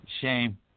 shame